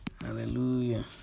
Hallelujah